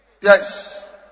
Yes